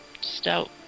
stout